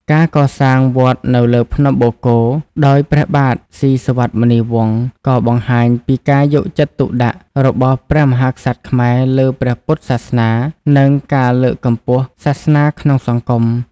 ការកសាងវត្តនៅលើភ្នំបូកគោដោយព្រះបាទស៊ីសុវត្ថិ-មុនីវង្ស ក៏បង្ហាញពីការយកចិត្តទុកដាក់របស់ព្រះមហាក្សត្រខ្មែរលើព្រះពុទ្ធសាសនា និងការលើកកម្ពស់សាសនាក្នុងសង្គម ។